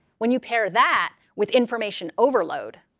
when you pair that with information overload,